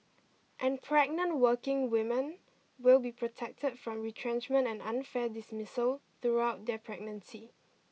and pregnant working women will be protected from retrenchment and unfair dismissal throughout their pregnancy